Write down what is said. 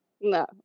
No